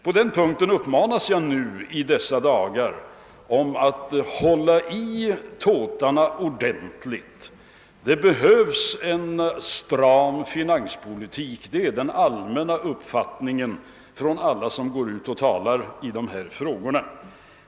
På den punkten uppmanas jag i dessa dagar att hålla i tåtarna ordentligt. Det behövs en stram finanspolitik, det är den allmänna uppfattningen hos alla som talar om dessa frågor.